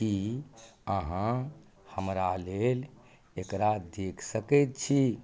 की अहाँ हमरा लेल एकरा देख सकैत छी